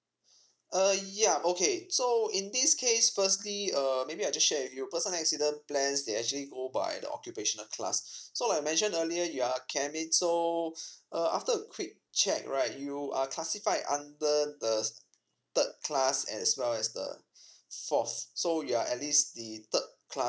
uh ya okay so in this case firstly uh maybe I'll just share with you personal accident plans they actually go by the occupational class so like I mentioned earlier you are a chemist so uh after a quick check right you are classified under the s~ third class as well as the fourth so you're at least the third class